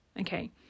okay